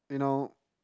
you know